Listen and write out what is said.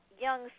young